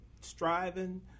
striving